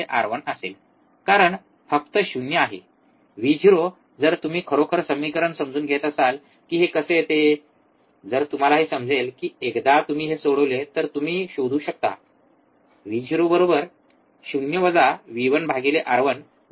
कारण फरक शून्य ० आहे Vo जर तुम्ही खरोखर समीकरण समजून घेत असाल कि हे कसे येते जर तुम्हाला हे समजले की एकदा तुम्ही हे सोडवले तर तुम्ही शोधू शकता Vo 0 V1R1R2